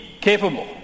capable